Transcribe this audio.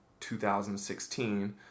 2016